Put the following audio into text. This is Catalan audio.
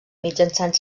mitjançant